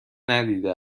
ندیده